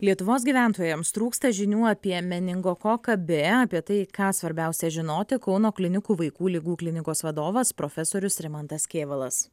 lietuvos gyventojams trūksta žinių apie meningokoką b apie tai ką svarbiausia žinoti kauno klinikų vaikų ligų klinikos vadovas profesorius rimantas kėvalas